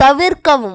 தவிர்க்கவும்